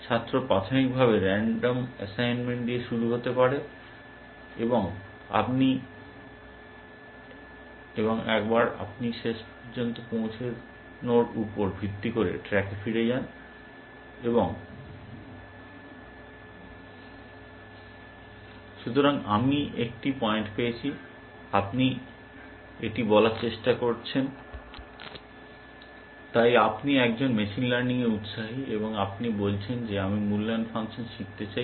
ছাত্র প্রাথমিকভাবে random assignment দিয়ে শুরু হতে পারে এবং আপনি এবং একবার আপনি শেষ পর্যন্ত পৌঁছানোর উপর ভিত্তি করে ট্র্যাকে ফিরে যান এবং সুতরাং আমি একটি পয়েন্ট পেয়েছি আপনি যে এটি বলার চেষ্টা করছেন তাই আপনি একজন মেশিন লার্নিংয়ে উত্সাহী এবং আপনি বলছেন যে আমি মূল্যায়ন ফাংশন শিখতে চাই